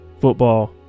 Football